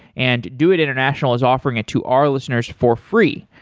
and doit international is offering it to our listeners for free.